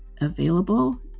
available